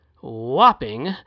whopping